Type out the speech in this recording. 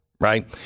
right